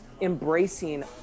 embracing